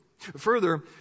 Further